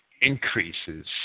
increases